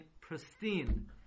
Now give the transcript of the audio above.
pristine